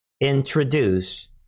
introduce